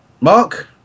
Mark